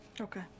Okay